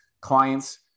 clients